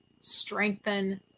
strengthen